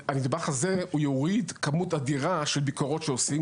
הנדבך הזה יוריד כמות אדירה של ביקורות שעושים,